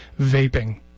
vaping